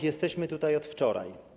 Jesteśmy tutaj od wczoraj.